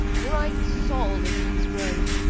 bright sol is in his robe.